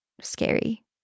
scary